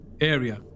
area